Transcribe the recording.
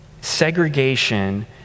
segregation